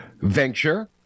venture